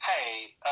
Hey